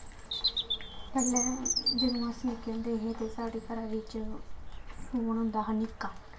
पैह्लें जंदू अस निक्के होंदे हे ते साढ़े घरा बिच्च फोन होंदा हा निक्का